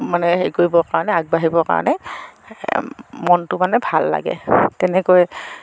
মানে হেৰি কৰিবৰ কাৰণে আগবাঢ়িবৰ কাৰণে মনটো মানে ভাল লাগে তেনেকৈ